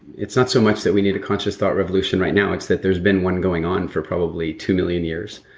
it's not so much that we need a conscious thought revolutions right now, it's that there's been one going on for probably two million years.